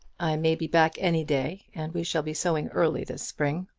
i may be back any day, and we shall be sowing early this spring.